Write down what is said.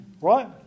Right